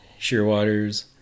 shearwaters